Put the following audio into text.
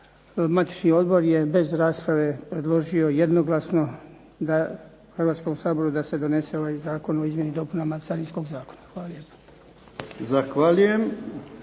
matični odbor je bez rasprave jednoglasno predložio Hrvatskom saboru da se ovaj zakon donese o izmjeni i dopunama Carinskog zakona. Hvala